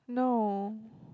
no